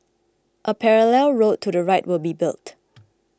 a parallel road to the right will be built